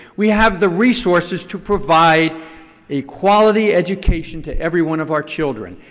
we have the resources to provide a quality education to every one of our children.